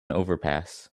overpass